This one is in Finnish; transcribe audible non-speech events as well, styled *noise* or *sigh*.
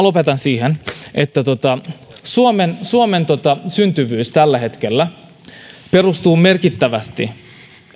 *unintelligible* lopetan ehkä siihen että suomen suomen syntyvyys perustuu tällä hetkellä merkittävästi